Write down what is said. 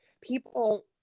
people